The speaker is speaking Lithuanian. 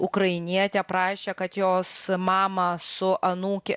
ukrainietė prašė kad jos mamą su anūke